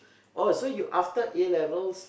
oh so you after A-levels